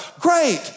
Great